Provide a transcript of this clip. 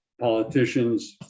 politicians